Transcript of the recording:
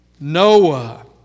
Noah